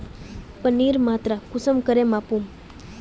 पानीर मात्रा कुंसम करे मापुम?